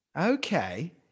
Okay